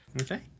Okay